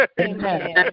Amen